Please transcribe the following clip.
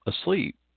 asleep